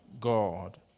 God